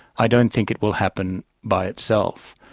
i don't think it will happen by itself.